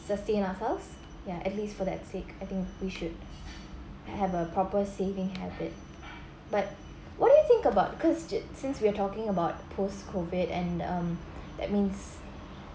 sustain ourselves ya at least for that sake I think we should have a proper saving habit but what do you think about cause ju~ since we are talking about post COVID and um that means